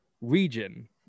region